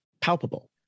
palpable